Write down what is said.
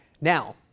Now